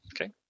Okay